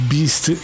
Beast